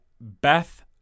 Beth